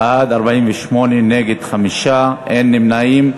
בעד, 48, נגד, 5, אין נמנעים.